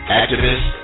activist